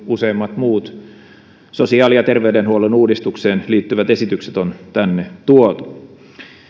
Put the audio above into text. useimmat muut sosiaali ja terveydenhuollon uudistukseen liittyvät esitykset on tänne tuotu